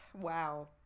Wow